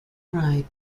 ride